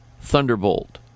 Thunderbolt